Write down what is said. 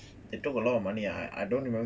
they took a lot of money ah I I don't remember the exact